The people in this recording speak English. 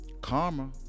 karma